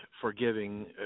forgiving